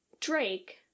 Drake